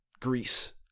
Greece